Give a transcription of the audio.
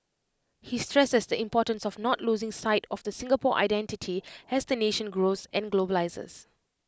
he stresses the importance of not losing sight of the Singapore identity as the nation grows and globalises